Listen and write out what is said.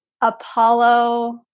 Apollo